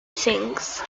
things